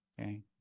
okay